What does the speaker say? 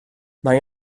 mae